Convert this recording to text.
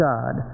God